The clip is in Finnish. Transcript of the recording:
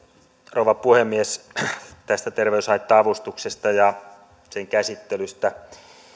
rouva puhemies tästä terveyshaitta avustuksesta ja sen käsittelystä